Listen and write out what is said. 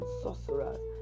sorcerers